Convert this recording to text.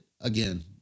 again